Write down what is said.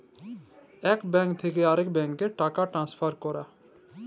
ইক ব্যাংক থ্যাকে আরেক ব্যাংকে টাকা টেলেসফার ক্যরা